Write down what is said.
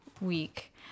week